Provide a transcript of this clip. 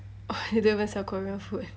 they don't even sell korean food